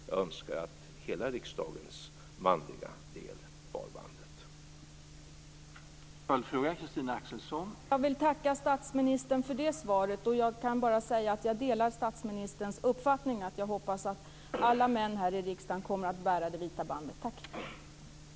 Jag önskar att hela riksdagens manliga del bar sådana band.